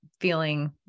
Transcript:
feeling